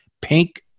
Pink